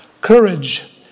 Courage